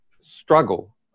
struggle